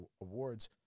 awards